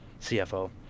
CFO